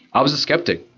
i was skeptic.